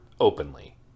openly